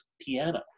piano